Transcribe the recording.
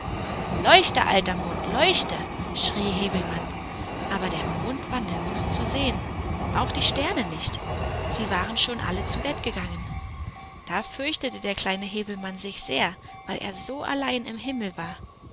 leuchte alter mond leuchtet schrie häwelmann aber der mond war nirgends zu sehen und auch die sterne nicht sie waren schon alle zu bett gegangen da fürchtete der kleine häwelmann sich sehr weil er so allein im himmel war